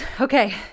Okay